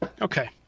Okay